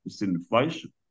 inflation